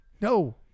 No